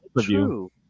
true